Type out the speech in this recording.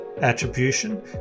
Attribution